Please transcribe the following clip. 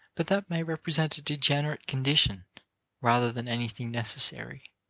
but that may represent a degenerate condition rather than anything necessary.